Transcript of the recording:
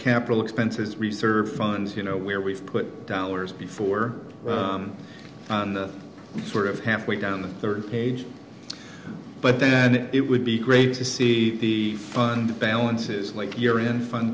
capital expenses reserve funds you know where we've put dollars before on the sort of halfway down the third page but then it would be great to see the fund balances like you're in fun